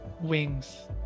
wings